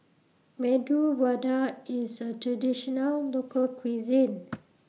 Medu Vada IS A Traditional Local Cuisine